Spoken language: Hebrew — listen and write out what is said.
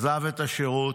עזב את השירות,